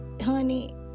honey